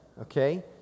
okay